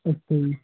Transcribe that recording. ਅੱਛਾ ਜੀ